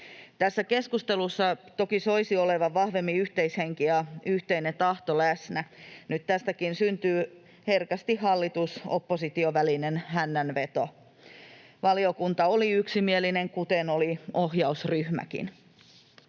Tässä keskustelussa toki soisi olevan vahvemmin yhteishenki ja yhteinen tahto läsnä. Nyt tästäkin syntyy herkästi hallituksen ja opposition välinen hännänveto. Valiokunta oli yksimielinen, kuten oli ohjausryhmäkin.